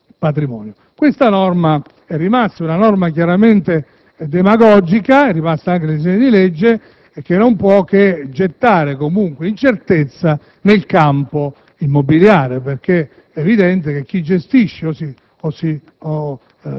del loro patrimonio. Questa norma, una norma chiaramente demagogica, è rimasta anche nel disegno di legge al nostro esame e non può che gettare incertezza nel campo immobiliare, perché è evidente che chi gestisce o